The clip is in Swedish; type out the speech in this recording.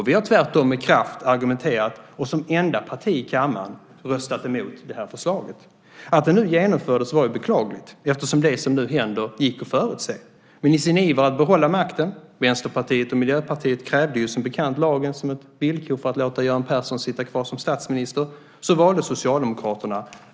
Vi har tvärtom med kraft argumenterat och, som enda parti i kammaren, röstat emot det här förslaget. Att det nu genomfördes var beklagligt. Det som nu händer gick ju att förutse. I sin iver att behålla makten valde Socialdemokraterna en annan väg. Vänsterpartiet och Miljöpartiet krävde, som bekant, lagen för att låta Göran Persson sitta kvar som statsminister.